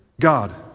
God